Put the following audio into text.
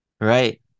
right